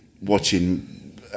watching